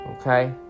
Okay